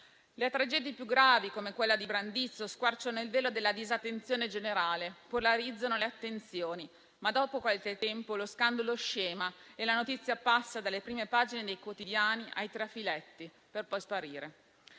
Le tragedie più gravi, come quella di Brandizzo, squarciano il velo della disattenzione generale, polarizzano le attenzioni, ma dopo qualche tempo lo scandalo scema e la notizia, dalle prime pagine dei quotidiani, passa ai trafiletti, per poi sparire.